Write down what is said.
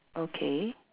okay